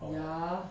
ya